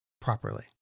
properly